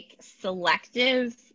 selective